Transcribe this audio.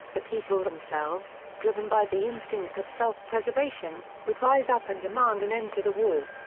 the people themselves, driven by the instinct of self-preservation, would rise up and demand an end to the war.